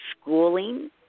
schooling